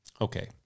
Okay